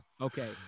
okay